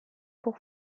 pour